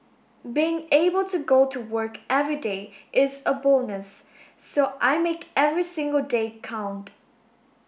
being able to go to work everyday is a bonus so I make every single day count